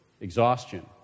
exhaustion